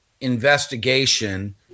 investigation